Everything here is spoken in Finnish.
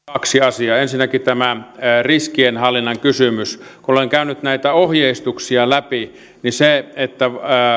kaksi asiaa ensinnäkin on tämä riskienhallinnan kysymys kun olen käynyt näitä ohjeistuksia läpi se ohjeistus että